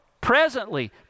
presently